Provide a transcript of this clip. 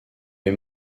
les